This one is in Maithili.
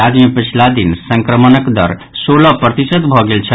राज्य मे पछिला दिन संक्रमणक दर सोलह प्रतिशत भऽ गेल छल